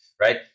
right